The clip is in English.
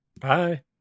Bye